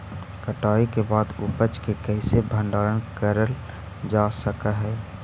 कटाई के बाद उपज के कईसे भंडारण करल जा सक हई?